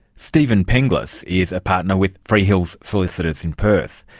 steven penglis is a partner with freehills solicitors in perth.